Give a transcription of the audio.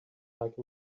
like